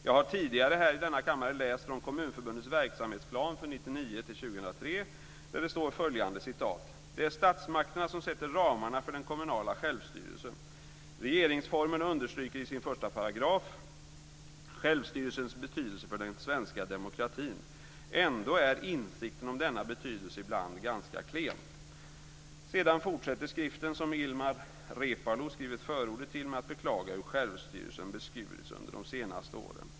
Jag har tidigare här i denna kammare läst från Där står det följande: "Det är statsmakterna som sätter ramarna för den kommunala självstyrelsen. Regeringsformen understryker i sin första paragraf självstyrelsens betydelse för den svenska demokratin. Ändå är insikten om denna betydelse ibland ganska klen." Sedan fortsätter skriften, som Ilmar Reepalu har skrivit förordet till, med att beklaga hur självstyrelsen har beskurits under de senaste åren.